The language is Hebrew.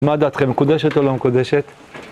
מה דעתכם? מקודשת או לא מקודשת?